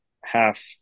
half